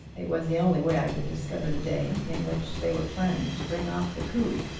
it was the only way i could discover the day in which they were planning to bring off the coup.